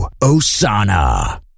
Osana